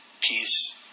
peace